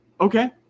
Okay